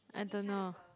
I don't know